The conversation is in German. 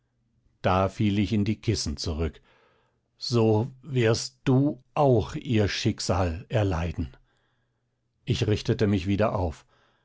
da fiel ich in die kissen zurück so wirst du auch ihr schicksal erleiden ich richtete mich wieder auf